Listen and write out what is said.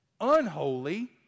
unholy